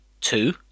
two